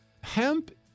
hemp